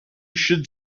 should